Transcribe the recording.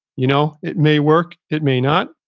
you know it may work. it may not.